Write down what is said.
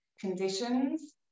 conditions